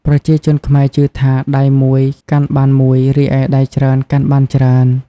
ប្រជាជនខ្មែរជឿថា “ដៃមួយ កាន់បានមួយ រីឯដៃច្រើន កាន់បានច្រើន”។